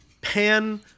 pan